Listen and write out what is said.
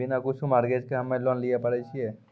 बिना कुछो मॉर्गेज के हम्मय लोन लिये पारे छियै?